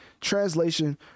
translation